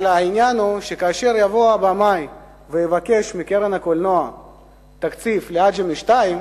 אבל העניין הוא שכאשר יבוא הבמאי ויבקש מקרן הקולנוע תקציב ל"עג'מי 2",